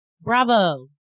bravo